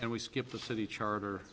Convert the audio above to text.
and we skip the city charter